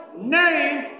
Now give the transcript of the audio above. name